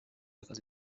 akazi